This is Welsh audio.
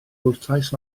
gwrtais